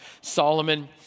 Solomon